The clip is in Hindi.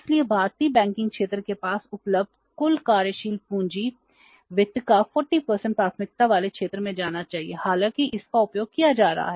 इसलिए भारतीय बैंकिंग क्षेत्र के पास उपलब्ध कुल कार्यशील पूंजी वित्त का 40 प्राथमिकता वाले क्षेत्र में जाना चाहिए हालांकि इसका उपयोग किया जा रहा है